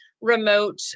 remote